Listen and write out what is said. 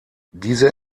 diese